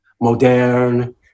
modern